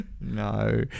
No